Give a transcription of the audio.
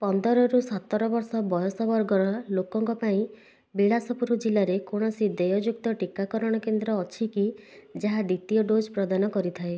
ପନ୍ଦରରୁ ସତର ବର୍ଷ ବୟସ ବର୍ଗର ଲୋକଙ୍କ ପାଇଁ ବିଳାସପୁର ଜିଲ୍ଲାରେ କୌଣସି ଦେୟଯୁକ୍ତ ଟୀକାକରଣ କେନ୍ଦ୍ର ଅଛି କି ଯାହା ଦ୍ୱିତୀୟ ଡୋଜ୍ ପ୍ରଦାନ କରିଥାଏ